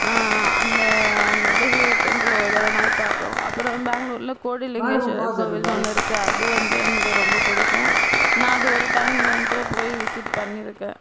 அந்த முருடேஸ்வரர் டெம்பிள் ஒரு தடவை நான் அதை பார்க்கணும் அப்புறம் பேங்களூர்ல கோடிலிங்கேஸ்வரர் கோவில்னு ஒன்று இருக்குது அது வந்து எனக்கு ரொம்ப பிடிக்கும் நான் அது ஒரு டைம் வந்து போய் விசிட் பண்ணியிருக்கேன்